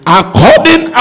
according